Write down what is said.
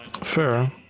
Fair